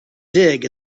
dig